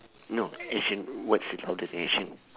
no action words is louder than actions